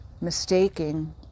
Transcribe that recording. mistaking